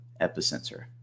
Epicenter